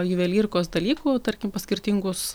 juvelyrikos dalykų tarkim pas skirtingus